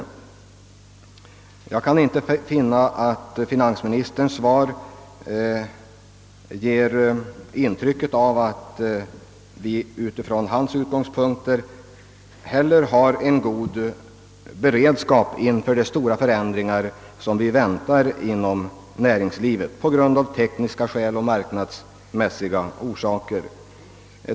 Jag kan inte heller finna att finansministerns svar ger intryck av att vi utifrån hans egna utgångspunkter har en god beredskap inför de stora förändringar som av tekniska och marknadsmässiga skäl kan förväntas inom näringslivet.